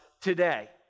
today